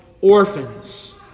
orphans